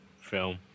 film